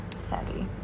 sadly